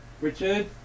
Richard